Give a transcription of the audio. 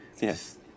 yes